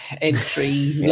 entry